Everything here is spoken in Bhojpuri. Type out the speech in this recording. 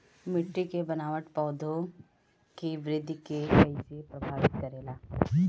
मिट्टी के बनावट पौधों की वृद्धि के कईसे प्रभावित करेला?